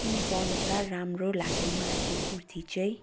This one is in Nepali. किनेकोअनुसार राम्रो लाग्यो मलाई त्यो कुर्ती चाहिँ